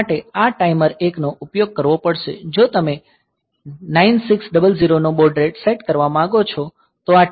જો તમે 9600 નો બોડ રેટ સેટ કરવા માંગો તો આ TH1 માઇનસ 3 પર સેટ હોવો જોઈએ